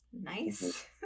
nice